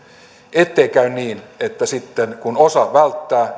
ettei käy niin että sitten kun osa välttää